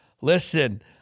listen